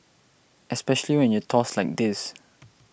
especially when you toss like this